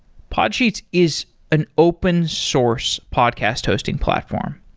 podsheets is an open source podcast hosting platform,